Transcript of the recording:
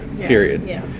period